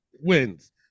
wins